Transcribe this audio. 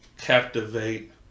Captivate